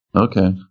Okay